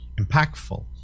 impactful